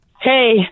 Hey